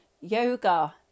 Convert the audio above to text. yoga